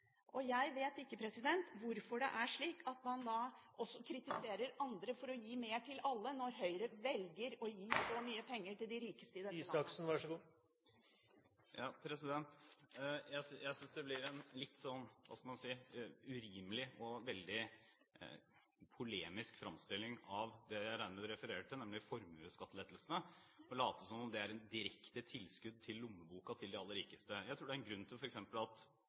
Jeg vet ikke hvorfor man kritiserer andre for å gi mer til alle, når Høyre velger å gi så mye penger til de rikeste i dette landet. Jeg synes det blir en litt – hva skal man si – urimelig og veldig polemisk framstilling av det jeg regner med representanten refererer til, nemlig formuesskattelettelsene, og later som om det er et direkte tilskudd til lommeboken til de aller rikeste. Jeg tror det er en grunn til at